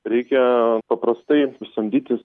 reikia paprastai samdytis